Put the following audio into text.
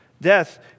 Death